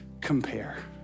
compare